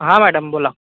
हां मॅडम बोला